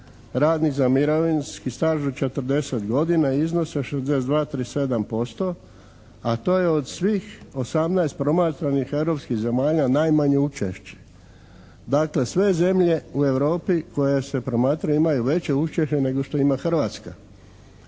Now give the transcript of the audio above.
radnik za mirovinski staž u 40 godina iznose 62,37%, a to je od svih 18 promatranih europskih zemalja najmanje učešće. Dakle, sve zemlje u Europi koje se promatraju imaju veće učešće nego što ima Hrvatska.